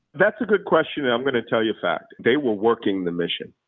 that's a good question, and i'm going to tell you fact. they were working the mission,